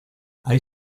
hay